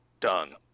Done